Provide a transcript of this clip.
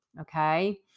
Okay